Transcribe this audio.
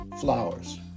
flowers